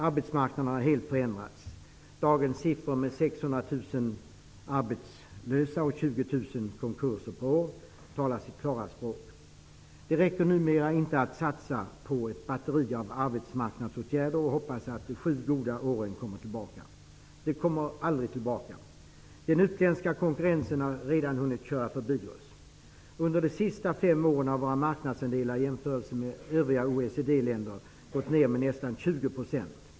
Arbetsmarknaden har helt förändrats. Dagens siffror -- 600 000 arbetslösa och 20 000 konkurser per år -- talar sitt klara språk. Det räcker numera inte att satsa på ett batteri av arbetsmarknadsåtgärder och hoppas att de sju goda åren kommer tillbaka. De kommer aldrig tillbaka. Den utländska konkurrensen har redan hunnit köra förbi oss. Under de senaste fem åren har våra marknadsandelar i jämförelse med övriga OECD länder gått ned med nästan 20 %.